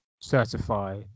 certify